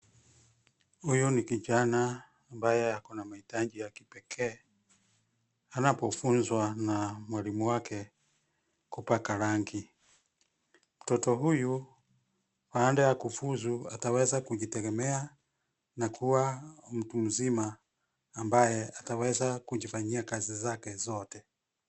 Huyu ni kijana ambaye akona mahitaji ya kipekee, anapofunzwa na mwalimu wake kupaka rangi . Mtoto huyu baada ya kufuzu ataweza kujitegemea, na kuwa mtu mzima ambaye ataweza kujifanyia kazi zake zote.